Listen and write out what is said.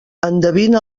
endevina